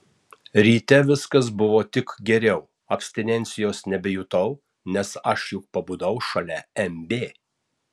ryte viskas buvo tik geriau abstinencijos nebejutau nes aš juk pabudau šalia mb